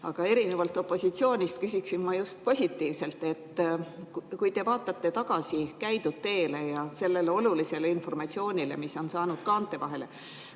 Aga erinevalt opositsioonist küsiksin ma just positiivse kohta. Kui te vaatate tagasi käidud teele ja sellele olulisele informatsioonile, mis on saanud kaante vahele,